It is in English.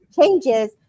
changes